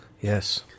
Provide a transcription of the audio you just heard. Yes